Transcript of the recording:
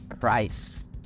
price